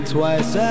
Twice